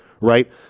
right